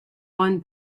won